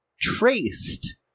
Traced